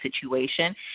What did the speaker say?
situation